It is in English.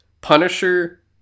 Punisher